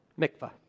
Mikvah